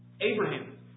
Abraham